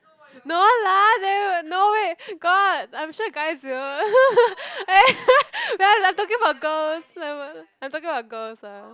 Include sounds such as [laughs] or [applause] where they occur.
no lah they would no wait god I'm sure guys will [laughs] we are like talking about girls somemore I'm talking about girls ah